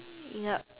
yup